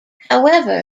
however